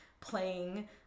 playing